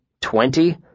Twenty